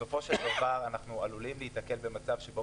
כי בסופו של דבר אנחנו עלולים להיתקל במצב שבו